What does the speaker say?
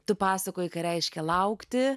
tu pasakoji ką reiškia laukti